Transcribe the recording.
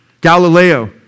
Galileo